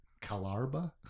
Kalarba